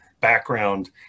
background